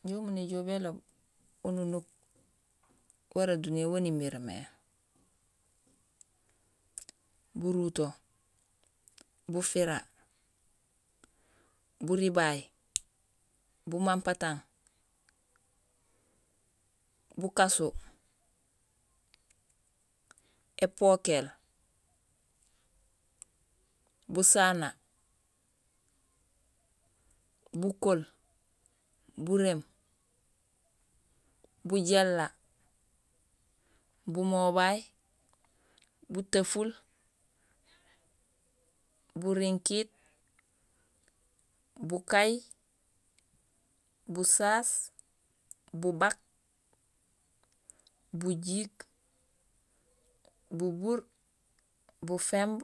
Injé umu néjool béloob ununuk wara duniya waan imiir mé: buruto, bufira, burbay, bumampatang, bukasu, épokéél, busana, bukool, buréém, bujééla, bumobay, buteful, burinkiit, bukay, busaas, bubak, bujiik, bubuur, bufemb,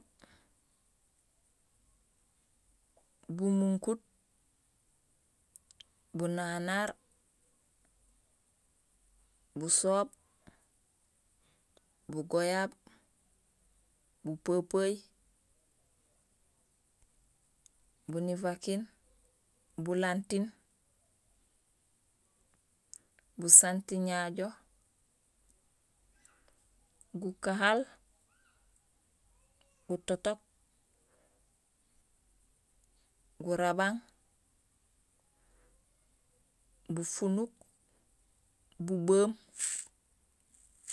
bumunkut, bunanar, busoob, bugoyab, bupepeey, bunivakiin, bulantiin, butantiñajo, gukahaal, gutotook, gurabang, bufunuk, bubeem